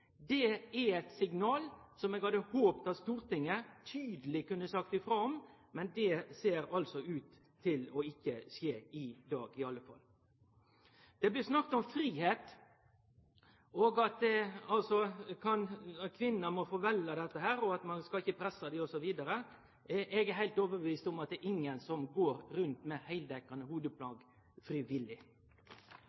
Det er eit signal som eg hadde håpt at Stortinget tydeleg kunne sagt ifrå om, men det ser altså ut til ikkje å skje i dag i alle fall. Det blir snakka om fridom, at kvinner må få velje, og at ein ikkje skal presse dei, osv. Eg er heilt overtydd om at det er ingen som går rundt med